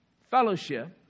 Fellowship